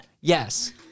Yes